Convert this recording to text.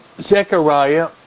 Zechariah